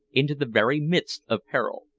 into the very midst of peril.